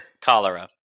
cholera